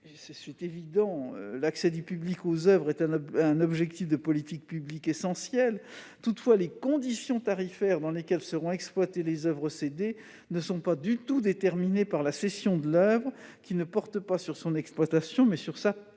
est évident que l'accès du public aux oeuvres est un objectif de politique publique essentiel ; toutefois, les conditions tarifaires dans lesquelles seront exploitées les oeuvres cédées ne sont pas du tout déterminées lors de la cession de l'oeuvre, qui ne porte pas sur son exploitation, mais sur sa propriété.